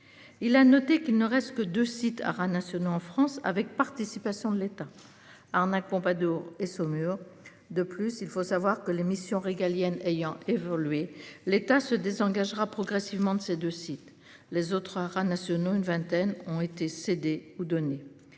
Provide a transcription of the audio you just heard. Il a noté qu'il ne reste que 2 sites haras nationaux en France avec participation de l'État. Pas eau et Saumur. De plus, il faut savoir que les missions régaliennes ayant évolué, l'État se désengage sera progressivement de ses 2 sites les autres haras nationaux, une vingtaine ont été cédées ou données